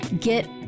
Get